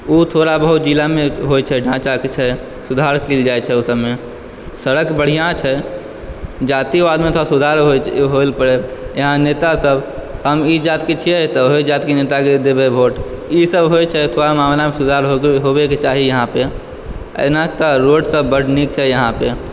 बुथवला बहुत जिलामे होइ छै ढांचाँमे किछु सुधार कयल जाइ छै ओहि सबमे सड़क बढ़िऑं छै जातिवादमे थोड़ा सुधार पड़ल छै यहाँ नेता सब हम ई जाति के छियै तऽ ओहि जाति के नेता के देबै वोट ई सब होइ छै ई सब मामिलामे सुधार होयबाक चाही एना तऽ रोड सब बड्ड नीक छै यहाॅं पे